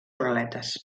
galetes